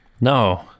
No